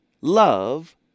love